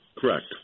Correct